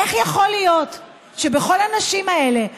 איך יכול להיות שמכל הנשים האלה,